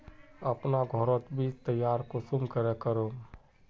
अपना घोरोत बीज तैयार कुंसम करे करूम?